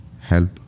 help